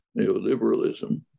neoliberalism